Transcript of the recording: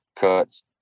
cuts